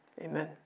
amen